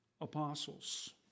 apostles